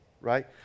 right